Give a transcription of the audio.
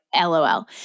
LOL